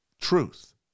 truth